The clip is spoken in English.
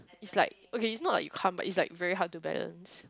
is like okay it's not like you can't but it's like very hard to balance